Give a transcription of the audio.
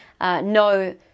no